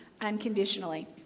unconditionally